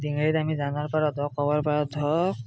ডিঙেৰিত আমি জানৰ পাৰত হওক ক'ৰবাৰ পাৰত হওক